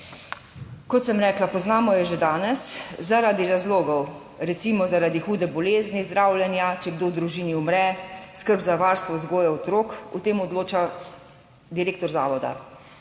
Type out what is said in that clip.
Kot sem rekla, poznamo jo že danes, zaradi razlogov recimo, zaradi hude bolezni, zdravljenja, če kdo v družini umre, skrb za varstvo, vzgojo otrok, o tem odloča direktor zavoda.